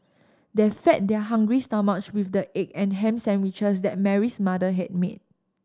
they fed their hungry stomachs with the egg and ham sandwiches that Mary's mother had made